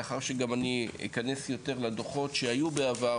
לאחר שגם אני אכנס יותר לדוחות שהיו בעבר